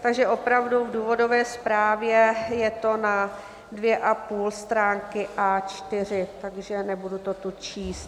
Takže opravdu v důvodové zprávě je to na dvě a půl stránky A4, nebudu to tu číst.